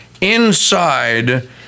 inside